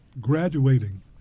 graduating